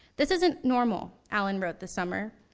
this isn't normal allen wrote this summer.